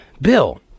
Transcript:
bill